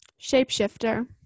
Shapeshifter